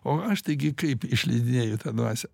o aš taigi kaip išleidėju tą dvasią